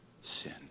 sin